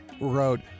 wrote